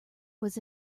was